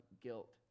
guilt